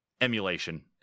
emulation